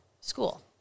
school